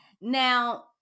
Now